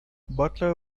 butler